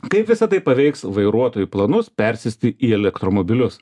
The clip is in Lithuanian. kaip visa tai paveiks vairuotojų planus persėsti į elektromobilius